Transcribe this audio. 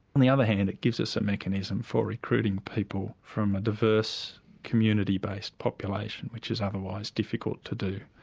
on the other hand it gives us a mechanism for recruiting people from a diverse community-based population which is otherwise difficult to do.